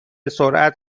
سرعت